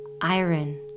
iron